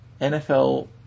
NFL